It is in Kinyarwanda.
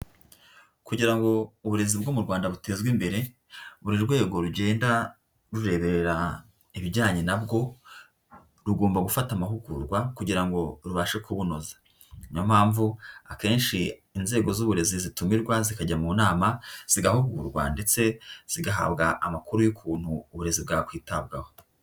Kugira ngo uburezi bwo mu Rwanda butezwe imbere buri rwego rugenda rureberera ibijyanye nabwo, rugomba gufata amahugurwa kugira ngo rubashe kubunoza. Ni yo mpamvu akenshi inzego z'uburezi zitumirwa zikajya mu nama zigahugurwa ndetse zigahabwa amakuru y'ukuntu uburezi bwakwitabwaho.